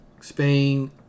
Spain